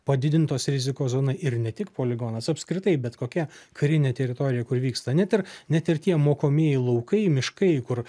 padidintos rizikos zona ir ne tik poligonas apskritai bet kokia karinė teritorija kur vyksta net ir net ir tie mokomieji laukai miškai kur